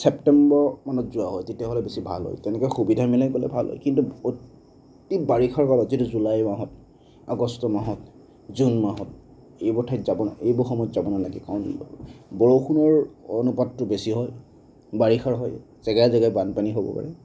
ছেপ্টেম্বৰ মানত যোৱা হয় তেতিয়াহ'লে বেছি ভাল হয় তেনেকৈ সুবিধা মিলাই গ'লে ভাল হয় কিন্তু অতি বাৰিষাৰ কালত যিটো জুলাই মাহত আগষ্ট মাহত জুন মাহত এইবোৰ ঠাইত যাব এইবোৰ সময়ত যাব নালাগে কাৰণ বৰষুণৰ অনুপাতটো বেছি হয় বাৰিষা হয় জেগাই জেগাই বানপানী হ'ব পাৰে